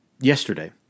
yesterday